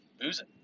boozing